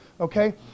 okay